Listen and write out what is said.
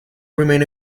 remain